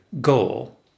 goal